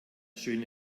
schöne